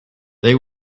they